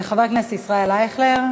חבר הכנסת ישראל אייכלר,